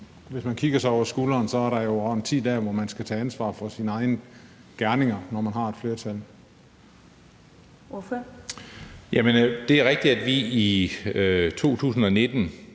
hvis man kigger sig over skulderen, så skal man over tid tage ansvar for sine egne gerninger, når man har haft et flertal.